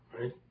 right